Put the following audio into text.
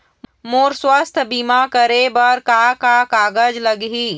मोर स्वस्थ बीमा करे बर का का कागज लगही?